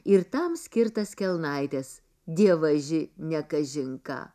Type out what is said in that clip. ir tam skirtas kelnaites dievaži ne kažin ką